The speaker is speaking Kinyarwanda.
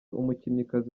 umukinnyikazi